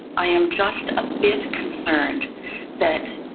i am just a bit concerned that